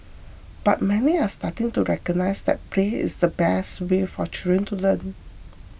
but many are starting to recognise that play is the best way for children to learn